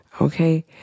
Okay